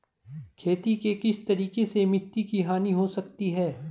खेती के किस तरीके से मिट्टी की हानि हो सकती है?